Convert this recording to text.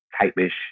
type-ish